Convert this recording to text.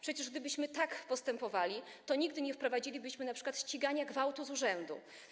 Przecież gdybyśmy tak postępowali, to nigdy nie wprowadzilibyśmy np. ścigania gwałtu z urzędu.